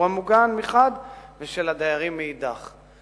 המוגן מחד גיסא ושל הדיירים מאידך גיסא.